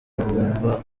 bumva